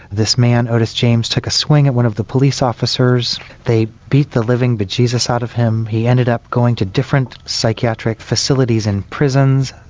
this man otis james took a swing at one of the police officers, they beat the living b'jesus out of him and he ended up going to different psychiatric facilities in prisons,